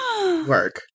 Work